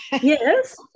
yes